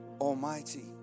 Almighty